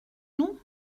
nous